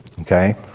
Okay